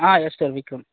yes sir Vikram